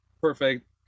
perfect